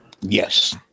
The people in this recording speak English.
Yes